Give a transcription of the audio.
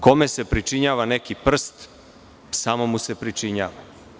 Kome se pričinjava neki prst, samo mu se pričinjava.